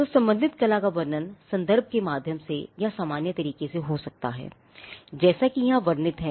तो संबंधित कला का वर्णन संदर्भ के माध्यम से या सामान्य तरीके से हो सकता है जैसा कि यहां वर्णित है